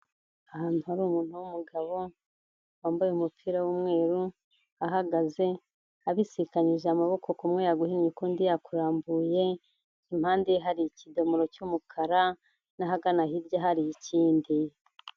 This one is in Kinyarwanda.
Ahantu hari umuntu w'umugabo wambaye umupira w'umweru, ahagaze, abisikanyije amaboko, kumwe yaguhinnye ukundi yakurambuye, impande hari ikidomoro cy'umukara n'ahagana hirya hari ikindi.